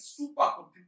supercomputer